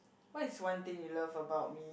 what is one thing you love about me